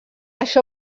això